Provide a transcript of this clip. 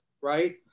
right